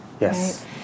Yes